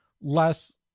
less